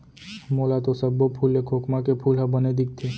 मोला तो सब्बो फूल ले खोखमा के फूल ह बने दिखथे